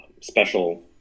special